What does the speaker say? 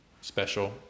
special